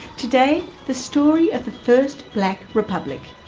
today, the story of the first black republic,